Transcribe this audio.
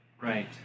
Right